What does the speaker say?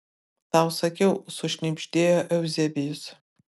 tau sakiau sušnibždėjo euzebijus